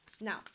Now